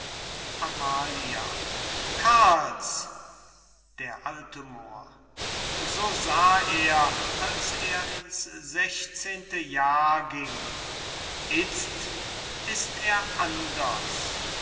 amalia karls d a moor so sah er als er in's sechszehente jahr gieng itzt ist er anders